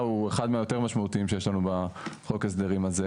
הוא אחד מהיותר משמעותיים בחוק ההסדרים הזה.